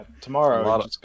Tomorrow